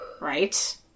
Right